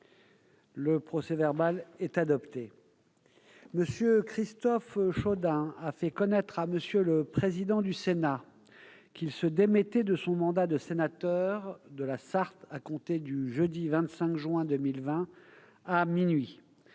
Le procès-verbal est adopté. M. Christophe Chaudun a fait connaître à M. le président du Sénat qu'il se démettait de son mandat de sénateur de la Sarthe à compter du jeudi 25 juin 2020, à minuit.